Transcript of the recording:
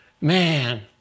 man